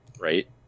right